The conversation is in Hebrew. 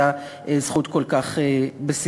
אותה זכות כל כך בסיסית.